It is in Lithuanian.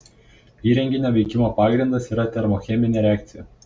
įrenginio veikimo pagrindas yra termocheminė reakcija